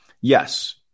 yes